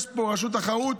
יש פה רשות תחרות,